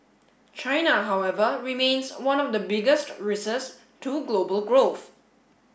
China however remains one of the biggest risks to global growth